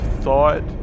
thought